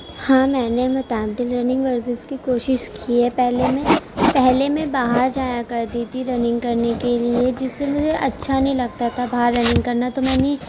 ہاں میں نے رننگ ورزش کی کوشش کی ہے پہلے میں پہلے میں باہر جایا کرتی تھی رننگ کرنے کے لیے جس سے مجھے اچھا نہیں لگتا تھا باہر رننگ کرنا تو میں نے